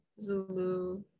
zulu